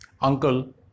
Uncle